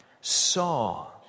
saw